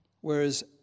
Whereas